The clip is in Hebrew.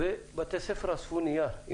בתי ספר אספו נייר.